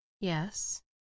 Yes